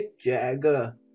Jagger